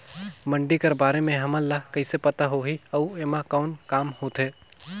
मंडी कर बारे म हमन ला कइसे पता होही अउ एमा कौन काम होथे?